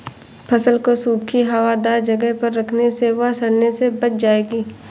फसल को सूखी, हवादार जगह पर रखने से वह सड़ने से बच जाएगी